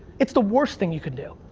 it's the worst thing you could do.